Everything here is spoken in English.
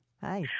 Hi